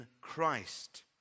Christ